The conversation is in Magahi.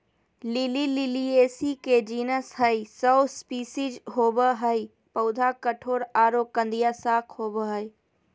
लिली लिलीयेसी के जीनस हई, सौ स्पिशीज होवअ हई, पौधा कठोर आरो कंदिया शाक होवअ हई